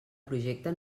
projecte